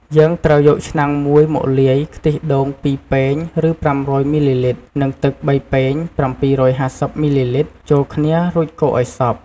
យើងត្រូវយកឆ្នាំងមួយមកលាយ ខ្ទិះដូង ២ ពែង ឬ ៥០០ មីលីលីត្រ និងទឹក ៣ ពែង ៧៥០ មីលីលីត្រ ចូលគ្នា រួចកូរឲ្យសព្វ។